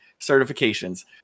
certifications